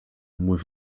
with